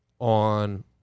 on